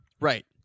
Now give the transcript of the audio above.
Right